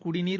குடிநீர்